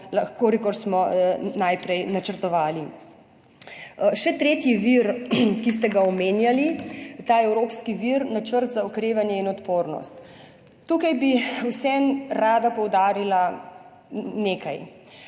kolikor smo najprej načrtovali. Še tretji vir, ki ste ga omenjali, ta evropski vir, Načrt za okrevanje in odpornost. Tukaj bi vseeno rada poudarila nekaj.